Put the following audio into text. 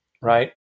right